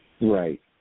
Right